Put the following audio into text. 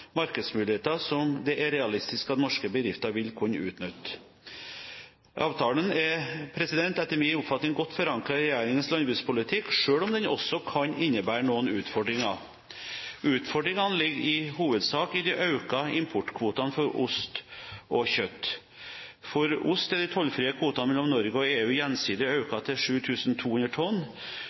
markedsmuligheter som det er realistisk at norske bedrifter vil kunne utnytte. Avtalen er etter min oppfatning godt forankret i regjeringens landbrukspolitikk, selv om den også kan innebære noen utfordringer. Utfordringene ligger i hovedsak i de økte importkvotene for ost og kjøtt. For ost er de tollfrie kvotene mellom Norge og EU gjensidig økt til 7 200 tonn.